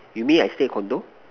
you mean I stay condo